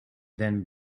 then